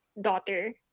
daughter